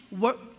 work